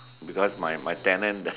because my my tenant